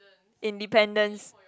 independence